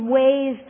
ways